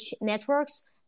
networks